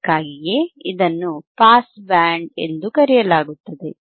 ಅದಕ್ಕಾಗಿಯೇ ಇದನ್ನು pass band ಎಂದು ಕರೆಯಲಾಗುತ್ತದೆ